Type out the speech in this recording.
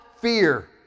fear